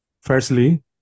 Firstly